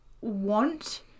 want